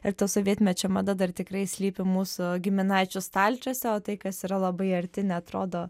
ir ta sovietmečio mada dar tikrai slypi mūsų giminaičių stalčiuose o tai kas yra labai arti neatrodo